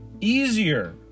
easier